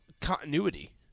continuity